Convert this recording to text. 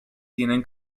tienen